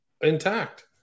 intact